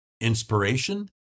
inspiration